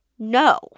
No